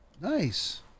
Nice